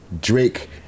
Drake